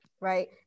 right